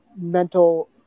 mental